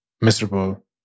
miserable